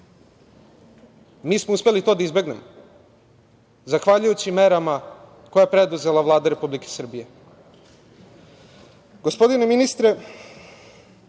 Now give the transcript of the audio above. Mi smo uspeli to da izbegnemo zahvaljujući merama koje je preduzela Vlada Republike